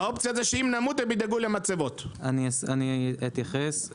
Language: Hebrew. אני אתייחס,